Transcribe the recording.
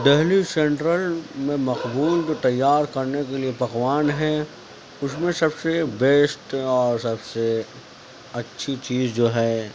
Delhi central میں مقبول جو تیار کر نے کے لیے پکوان ہیں اس میں سب سے بیسٹ اور سب سے اچھی چیز جو ہے